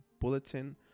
Bulletin